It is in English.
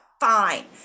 Fine